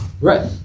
right